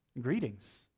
greetings